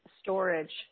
storage